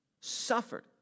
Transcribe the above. suffered